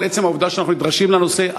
אבל עצם העובדה שאנחנו נדרשים לנושא,